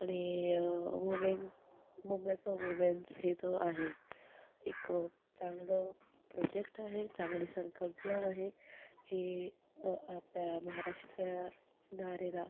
आणि women Mumbai four women's हे तर आहे एक चांगलं प्रोजेक्ट आहे चांगली संकल्पना आहे जी त्या महाराष्ट्र नारीला